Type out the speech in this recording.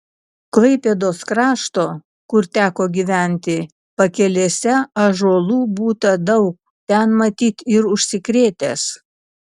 klaipėdos krašto kur teko gyventi pakelėse ąžuolų būta daug ten matyt ir užsikrėtęs